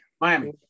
Miami